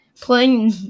playing